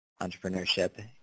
entrepreneurship